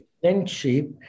friendship